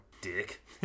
Dick